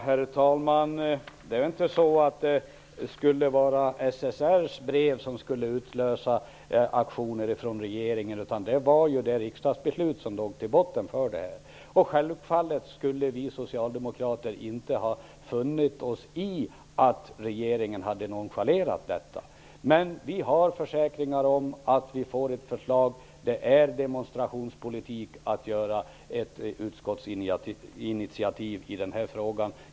Herr talman! Det var inte SSR:s brev som skulle utlösa aktioner från regeringen, utan det var det riksdagsbeslut som låg till botten för det här. Självfallet skulle vi socialdemokrater inte ha funnit oss i att regeringen hade nonchalerat detta. Nu har vi försäkringar om att vi får ett förslag. Det är demonstrationspolitik att ta ett utskottsinitiativ i denna fråga.